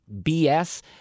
BS